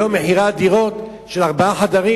היום מחירי הדירות של ארבעה חדרים